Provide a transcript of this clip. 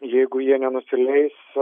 jeigu jie nenusileis